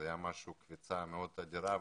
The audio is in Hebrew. זאת הייתה קפיצה מאוד אדירה.